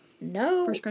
no